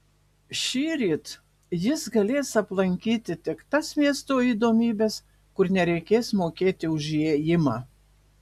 šįryt jis galės aplankyti tik tas miesto įdomybes kur nereikės mokėti už įėjimą